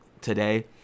today